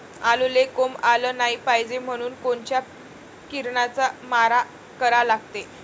आलूले कोंब आलं नाई पायजे म्हनून कोनच्या किरनाचा मारा करा लागते?